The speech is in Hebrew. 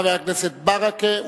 חבר הכנסת ברכה,